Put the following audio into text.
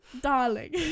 darling